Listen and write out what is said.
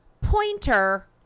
Pointer